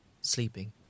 sleeping